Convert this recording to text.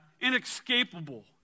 inescapable